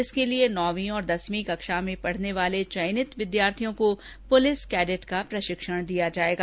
इसके लिए नौंवी और दसवीं कक्षा में पढने वाले चयनित विद्यार्थियों को पुलिस कैडेट का प्रशिक्षण दिया जाएगा